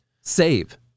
Save